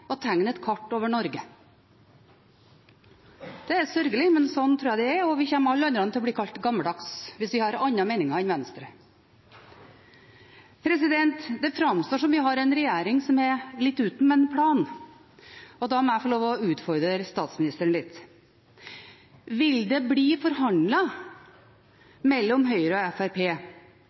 tegne et kart over Norge. Det er sørgelig, men slik tror jeg det er, og alle vi andre kommer til å bli kalt gammeldagse hvis vi har andre meninger enn Venstre. Det framstår som om vi har en regjering som er litt uten en plan. Da må jeg få lov å utfordre statsministeren litt: Vil det bli forhandlet mellom Høyre og